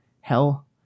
hell